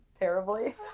terribly